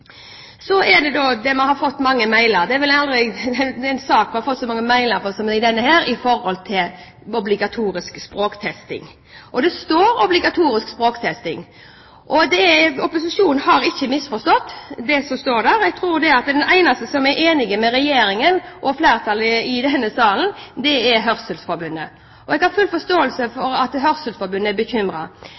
så mange mailer om som i denne når det gjelder obligatorisk språktesting. Det snakkes om obligatorisk språktesting. Opposisjonen har ikke misforstått det som står der. Jeg tror de eneste som er enig med Regjeringen og flertallet i denne salen, er hørselsforbundet. Jeg har full forståelse for at hørselsforbundet er